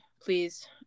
please